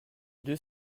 deux